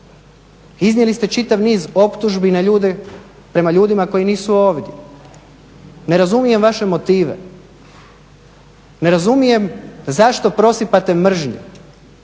Iznijeli ste čitav niz optužbi na ljude, prema ljudima koji nisu ovdje. Ne razumijem vaše motive. Ne razumijem zašto prosipate mržnju.